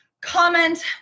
comment